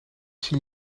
zie